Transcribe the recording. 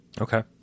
okay